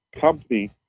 company